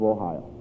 Ohio